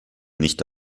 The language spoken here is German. nicht